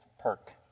perk